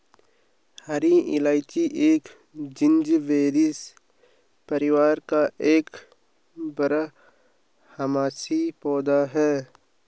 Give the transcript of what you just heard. हरी इलायची एक जिंजीबेरेसी परिवार का एक बारहमासी पौधा है